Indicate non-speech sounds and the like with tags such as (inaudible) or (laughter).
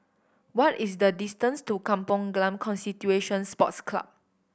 what is the distance to Kampong Glam (unintelligible) Sports Club